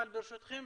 אבל ברשותכם,